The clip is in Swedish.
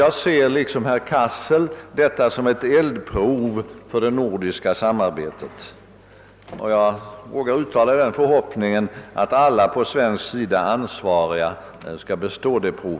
Jag ser liksom herr Cassel detta som ett eldprov för det nordiska samarbetet. Jag vågar uttala den förhoppningen att alla på svensk sida ansvariga skall bestå detta prov.